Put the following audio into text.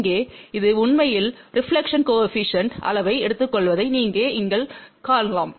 இங்கே இது உண்மையில் ரெபிலெக்ஷன் கோஏபிசிஎன்டின் அளவை எடுத்துக்கொள்வதை நீங்கள் இங்கே காணலாம்